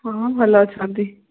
ହଁ ଭଲ ଅଛନ୍ତି